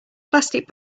plastic